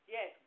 Yes